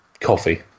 coffee